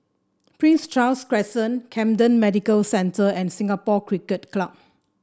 Prince Charles Crescent Camden Medical Center and Singapore Cricket Club